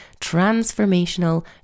transformational